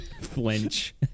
flinch